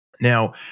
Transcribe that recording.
Now